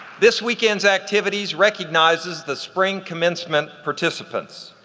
this weekend's activities recognizes the spring commencement participants.